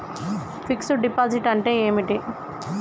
Fix డ్ deposit అంటే ఏమిటి?